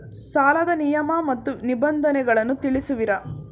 ಸಾಲದ ನಿಯಮ ಮತ್ತು ನಿಬಂಧನೆಗಳನ್ನು ತಿಳಿಸುವಿರಾ?